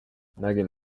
nägin